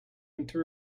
into